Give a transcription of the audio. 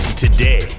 Today